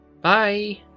Bye